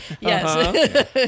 yes